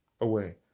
away